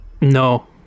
No